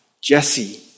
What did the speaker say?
Jesse